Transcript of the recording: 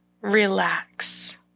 relax